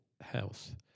health